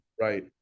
Right